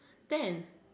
ten